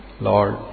Lord